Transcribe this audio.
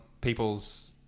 people's